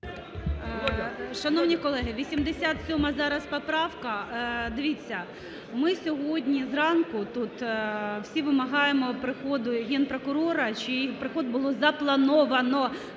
Шановні колеги, 87 зараз поправка. Дивіться, ми сьогодні зранку тут всі вимагаємо приходу Генпрокурора, чий приход був заплановано